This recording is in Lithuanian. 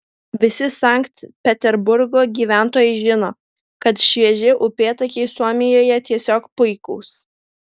visi sankt peterburgo gyventojai žino kad švieži upėtakiai suomijoje tiesiog puikūs